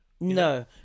No